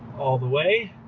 all the way.